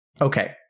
Okay